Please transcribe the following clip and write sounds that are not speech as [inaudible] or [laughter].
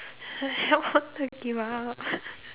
[laughs] help up d~ give up